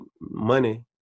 money